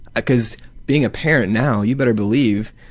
because being a parent now, you better believe,